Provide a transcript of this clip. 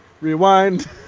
Rewind